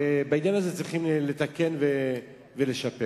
בעניין הזה צריכים לתקן ולשפר.